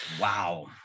Wow